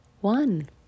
one